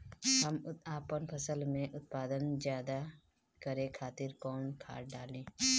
हम आपन फसल में उत्पादन ज्यदा करे खातिर कौन खाद डाली?